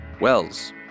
Wells